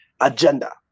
agenda